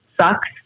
sucks